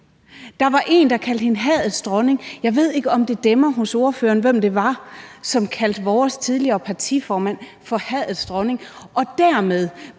Der var en, der kaldte hende hadets dronning. Jeg ved ikke, om det dæmrer hos ordføreren, hvem det var, som kaldte vores tidligere partiformand for hadets dronning og dermed